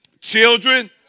Children